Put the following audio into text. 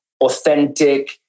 authentic